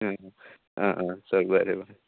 आं आं चल बरें बाय